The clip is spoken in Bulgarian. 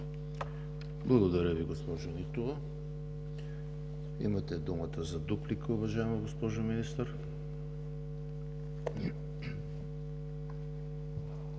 Благодаря Ви, госпожо Нитова. Имате думата за дуплика, уважаема госпожо Министър.